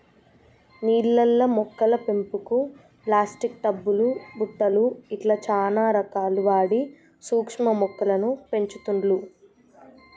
నీళ్లల్ల మొక్కల పెంపుకు ప్లాస్టిక్ టబ్ లు బుట్టలు ఇట్లా చానా రకాలు వాడి సూక్ష్మ మొక్కలను పెంచుతుండ్లు